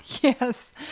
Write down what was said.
Yes